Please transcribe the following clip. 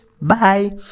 Bye